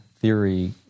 theory